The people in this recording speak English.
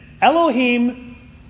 Elohim